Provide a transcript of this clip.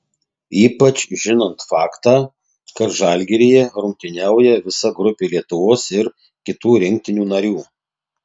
ypač žinant faktą kad žalgiryje rungtyniauja visa grupė lietuvos ir kitų rinktinių narių